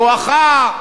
בואכה,